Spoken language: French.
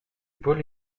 paul